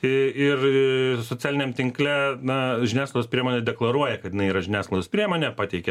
ir socialiniam tinkle na žiniasklaidos priemonė deklaruoja kad jinai yra žiniasklaidos priemonė pateikia